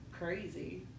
crazy